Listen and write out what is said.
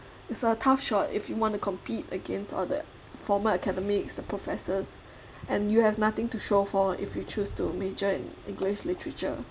it's a tough choice if you want to compete against all the formal academics the professors and you have nothing to show for if you choose to major in english literature